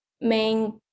main